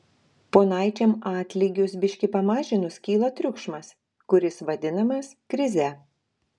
ponaičiam atlygius biški pamažinus kyla triukšmas kuris vadinasi krize